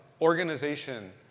organization